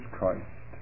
Christ